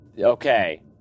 Okay